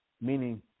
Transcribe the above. meaning